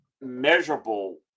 measurable